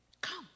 Come